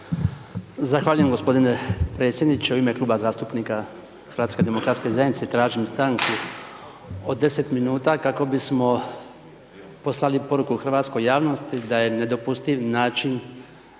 Zahvaljujem g. predsjedniče u ime kluba zastupnika HDZ-a, tražim stanku od 10 minuta, kako bismo poslali poruku hrvatskoj javnosti da je nedopustiv način